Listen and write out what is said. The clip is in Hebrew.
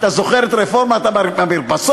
אתה זוכר את רפורמת המרפסות?